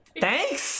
thanks